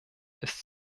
ist